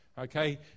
Okay